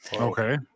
okay